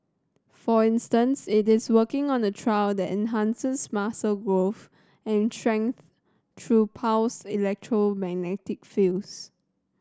for instance it is working on a trial that enhances muscle growth and strength through pulsed electromagnetic fields